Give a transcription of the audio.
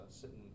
sitting